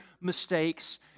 mistakes